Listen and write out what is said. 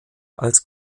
als